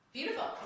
Beautiful